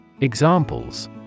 Examples